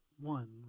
one